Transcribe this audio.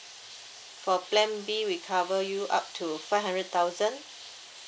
for plan B we cover you up to five hundred thousand